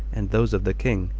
and those of the king,